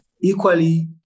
equally